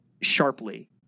sharply